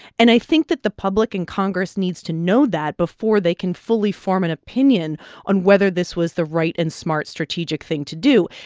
and i think that the public and congress needs to know that before they can fully form an opinion on whether this was the right and smart strategic thing to do.